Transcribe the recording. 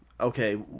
Okay